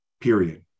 period